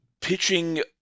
pitching